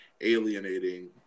alienating